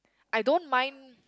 I don't mind